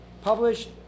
Published